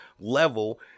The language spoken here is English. level